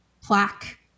plaque